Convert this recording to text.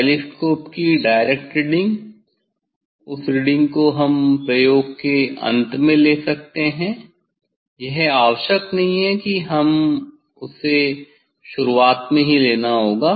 telescope की direct reading उस reading को हम प्रयोग के अंत में ले सकते हैं यह आवश्यक नहीं है कि हमें इसे शुरुआत में ही लेना होगा